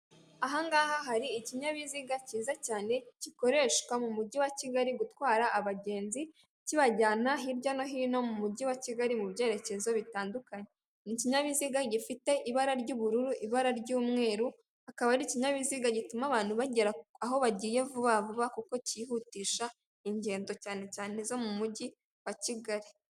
Aha ngaha hari ikinyabiziga cyiza cyane gikoreshwa mu mujyi wa Kigali gutwara abagenzi kibajyana hirya no hino mu mujyi wa Kigali mu byerekezo bitandukanye. Ikinyabiziga gifite ibara ry'ubururu ,ibara ry'umweru akaba ari ikinyabiziga gituma abantu bagera aho bagiye vuba vuba kuko kihutisha ingendo cyane cyane izo mu mujyi wa Kigali.